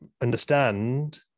understand